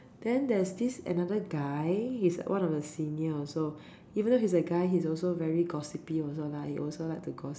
then there's this another guy he's like one of senior also even though he's a guy he's also very gossipy also lah he also like to gossip